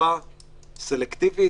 פותחים לספרים וקוסמטיקאיות?